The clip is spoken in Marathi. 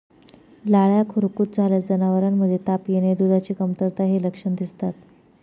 लाळ्या खुरकूत झाल्यास जनावरांमध्ये ताप येणे, दुधाची कमतरता हे लक्षण दिसतात